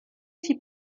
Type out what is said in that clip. fit